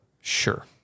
Sure